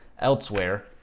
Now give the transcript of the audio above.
elsewhere